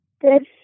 Good